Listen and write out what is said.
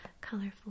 colorful